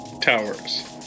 towers